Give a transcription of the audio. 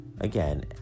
again